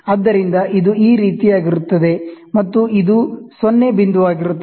ಆದ್ದರಿಂದ ಇದು ಈ ರೀತಿಯಾಗಿರುತ್ತದೆ ಮತ್ತು ಇದು 0 ಬಿಂದುವಾಗಿರುತ್ತದೆ